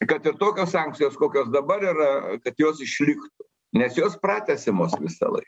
kad ir tokios sankcijos kokios dabar yra kad jos išliktų nes jos pratęsiamos visąlaik